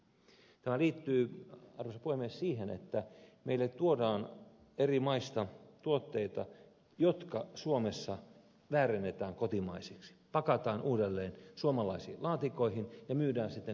tämä liittyy arvoisa puhemies siihen että meille tuodaan eri maista tuotteita jotka suomessa väärennetään kotimaisiksi pakataan uudelleen suomalaisiin laatikoihin ja myydään sitten kuluttajille suomalaisina